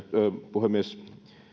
puhemies